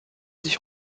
sich